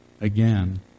again